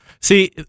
See